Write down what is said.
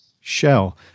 shell